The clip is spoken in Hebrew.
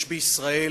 יש בישראל,